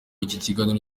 ikiganiro